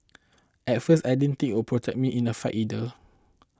at first I didn't think it would protect me in a fight either